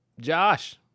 Josh